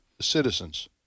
citizens